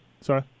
Sorry